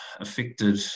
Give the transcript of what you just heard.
affected